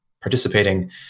participating